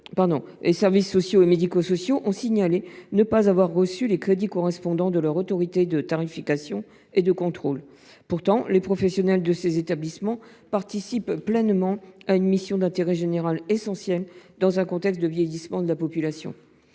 et services sociaux et médico sociaux ont signalé ne pas avoir reçu les crédits correspondants de leurs autorités de tarification et de contrôle. Les professionnels de ces établissements participent pourtant pleinement à une mission d’intérêt général essentielle dans un contexte de vieillissement de la population.